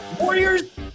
Warriors